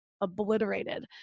obliterated